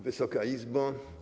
Wysoka Izbo!